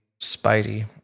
Spidey